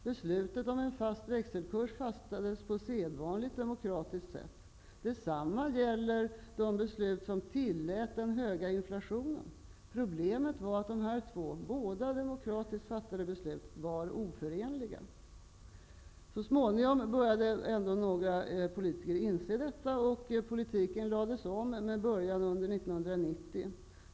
Beslutet om fast växelkurs fattades på sedvanligt demokratiskt sätt. Detsamma gäller de beslut som tillät den höga inflationen. Problemet var att dessa båda demokratiskt fattade beslut var oförenliga. Så småningom började några politiker inse detta, och politiken lades om med början 1990.